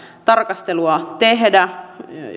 tarkastelua tehdä